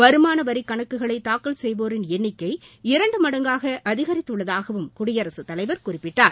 வருமான வரிக் கணக்குகளை தூக்கல் செய்வோரின் எண்ணிக்கை இரண்டு மடங்காக அதிகரித்துள்ளதாகவும் குடியரசுத் தலைவர் குறிப்பிட்டார்